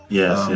yes